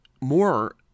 more